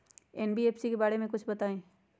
NPK बारे म कुछ बताई?